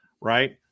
Right